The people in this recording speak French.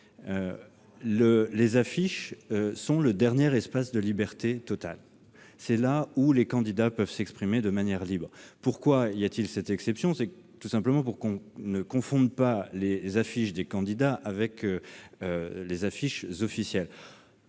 les affiches sont le dernier espace de liberté totale : c'est là où les candidats peuvent s'exprimer de manière libre. Pourquoi cette exception ? Tout simplement pour qu'on ne confonde pas les affiches des candidats avec les affiches officielles.